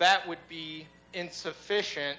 that would be insufficient